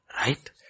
right